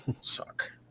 suck